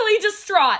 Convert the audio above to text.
distraught